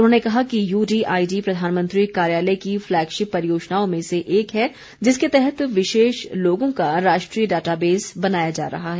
उन्होंने कहा कि यूडीआईडी प्रधानमंत्री कार्यालय की फलैगशिप परियोजनाओं में से एक है जिसके तहत विशेष लोगों का राष्ट्रीय डाटाबेस बनाया जा रहा है